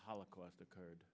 holocaust occurred